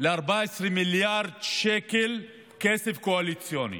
ל-14 מיליארד שקל כסף קואליציוני.